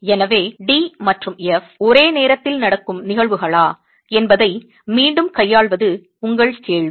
எனவே D மற்றும் F ஒரே நேரத்தில் நடக்கும் நிகழ்வுகளா என்பதை மீண்டும் கையாள்வது உங்கள் கேள்வி